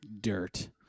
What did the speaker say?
dirt